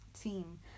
team